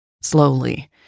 Slowly